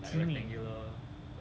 simi